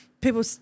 people